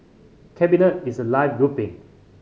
cabinet is a live grouping